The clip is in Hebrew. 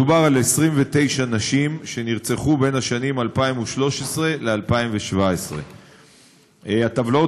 מדובר ב-29 נשים שנרצחו בשנים 2013 2017. הטבלאות